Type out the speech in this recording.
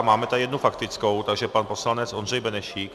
Máme tady jednu faktickou, takže pan poslanec Ondřej Benešík.